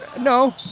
No